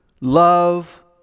love